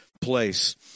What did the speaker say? place